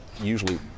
usually